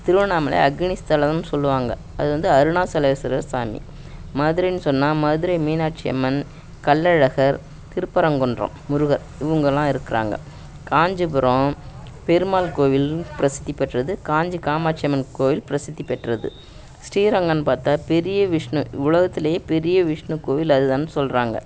திருவண்ணாமலையை அக்னி ஸ்தலன்னு சொல்லுவாங்க அது வந்து அருணாச்சலேஸ்வரர் சாமி மதுரைன்னு சொன்னால் மதுரை மீனாட்சி அம்மன் கள்ளழகர் திருப்பரங்குன்றம் முருகர் இவங்கெல்லாம் இருக்கிறாங்க காஞ்சிபுரம் பெருமாள் கோவில் பிரசத்தி பெற்றது காஞ்சி காமாட்சி அம்மன் கோவில் பிரசத்தி பெற்றது ஸ்ரீரங்கன்னு பார்த்தா பெரிய விஷ்ணு உலகத்துலேயே பெரிய விஷ்ணு கோவில் அதுதான்னு சொல்கிறாங்க